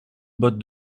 botte